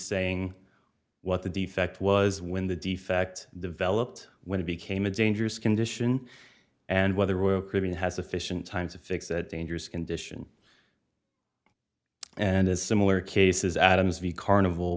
saying what the defect was when the defect developed when it became a dangerous condition and whether well could be has sufficient time to fix that dangerous condition and as similar cases adams v carnival